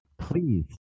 please